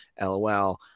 LOL